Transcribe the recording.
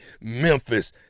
Memphis